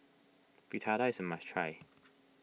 Fritada is a must try